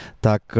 tak